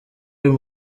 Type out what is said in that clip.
uyu